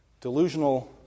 delusional